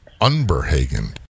Unberhagen